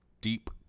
Deep